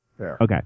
Okay